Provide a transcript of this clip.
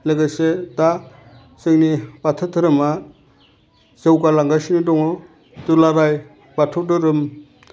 लोगोसे दा जोंनि बाथौ धोरोमा जौगालांगासिनो दङ दुलाराइ बाथौ धोरोम